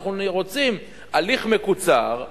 אנחנו רוצים הליך מקוצר.